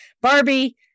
barbie